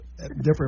different